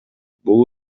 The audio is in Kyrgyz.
бул